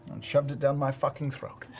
shoved it down my fucking throat.